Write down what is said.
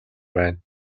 байна